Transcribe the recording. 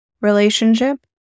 relationship